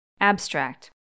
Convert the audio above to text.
Abstract